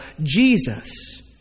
Jesus